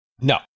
No